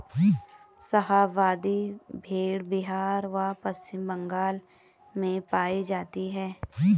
शाहाबादी भेड़ बिहार व पश्चिम बंगाल में पाई जाती हैं